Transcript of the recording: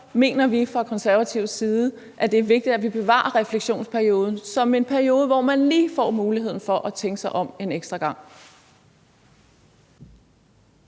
mener vi fra De Konservatives side, at det er vigtigt, at vi bevarer refleksionsperioden som en periode, hvor man lige får muligheden for at tænke sig om en ekstra gang.